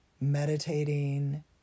meditating